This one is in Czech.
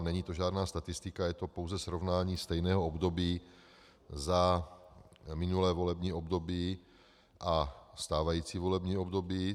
Není to žádná statistika, je to pouze srovnání stejného období za minulé volební období a stávající volební období.